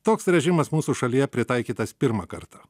toks režimas mūsų šalyje pritaikytas pirmą kartą